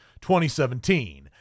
2017